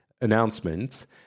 announcements